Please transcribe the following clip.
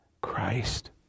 Christ